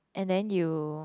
and then you